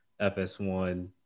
fs1